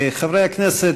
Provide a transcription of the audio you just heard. חברי הכנסת,